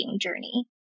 journey